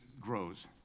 grows